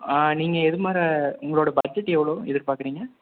நீங்கள் எதுமாரி உங்களோட பட்ஜெட் எவ்வளோ இதுக்கு பார்க்குறீங்க